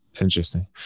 Interesting